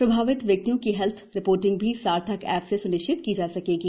प्रभावित व्यक्तियों की हेल्थ रिपोर्टिंग भी सार्थक एप से स्निश्चित की जा सकेगी